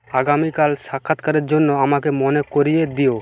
আগামীকাল সাক্ষাৎকারের জন্য আমাকে মনে করিয়ে দিও